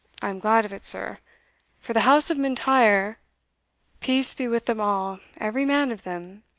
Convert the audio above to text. i'm glad of it, sir for the house of m'intyre peace be with them all, every man of them,